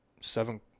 seven